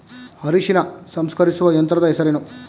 ಅರಿಶಿನ ಸಂಸ್ಕರಿಸುವ ಯಂತ್ರದ ಹೆಸರೇನು?